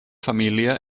família